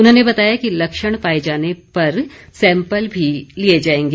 उन्होंने बताया कि लक्षण पाए जाने पर सैंपल भी लिए जाएंगे